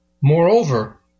Moreover